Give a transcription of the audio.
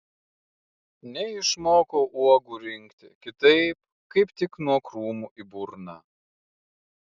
neišmokau uogų rinkti kitaip kaip tik nuo krūmų į burną